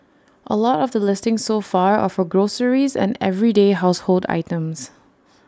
A lot of the listings so far are for groceries and everyday household items